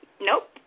Nope